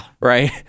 right